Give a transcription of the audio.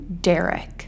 Derek